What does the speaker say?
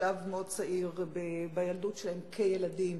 בשלב מאוד צעיר בילדות שלהם, כילדים,